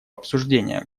обсуждения